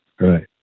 Right